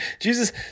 Jesus